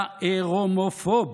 אתה עירומופוב,